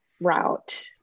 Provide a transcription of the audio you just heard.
route